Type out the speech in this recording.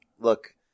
look